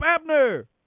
Abner